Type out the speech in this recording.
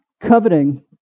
Coveting